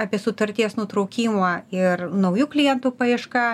apie sutarties nutraukimą ir naujų klientų paieška